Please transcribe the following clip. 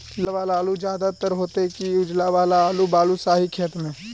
लाल वाला आलू ज्यादा दर होतै कि उजला वाला आलू बालुसाही खेत में?